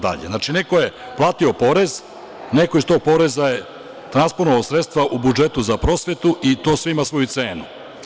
Znači, neko je platio porez, neko je iz tog poreza transponovao sredstva u budžetu za prosvetu i to sve ima svoju cenu.